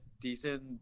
decent